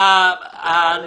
אדוני,